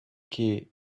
key